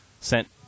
sent